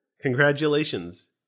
Congratulations